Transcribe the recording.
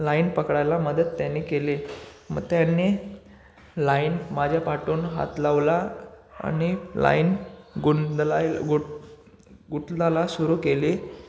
line पकडायला मदत त्याने केले मग त्यांनी लाईन माझ्या पाठून हात लावला आणि लाईन गुंदलाय गु गुतलाला सुरू केले